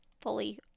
fully